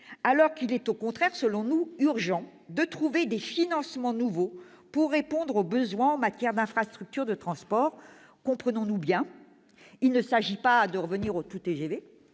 alors qu'il est au contraire urgent de trouver des financements nouveaux pour répondre aux besoins en matière d'infrastructures de transport. Comprenons-nous bien : il ne s'agit pas de revenir au tout TGV,